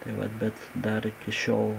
tai vat bet dar iki šiol